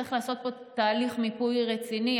צריך לעשות פה תהליך מיפוי רציני.